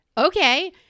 okay